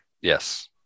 Yes